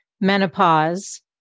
menopause